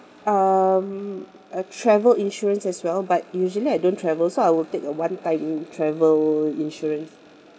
um a travel insurance as well but usually I don't travel so I will take a one time travel insurance